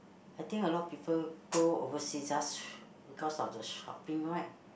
I think a lot of people go overseas just because of the shopping right